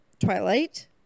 twilight